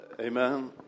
Amen